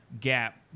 gap